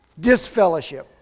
disfellowship